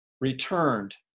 returned